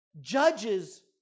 judges